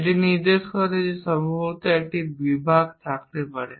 এটি নির্দেশ করে যে সম্ভবত একটি বিভাগ থাকতে পারে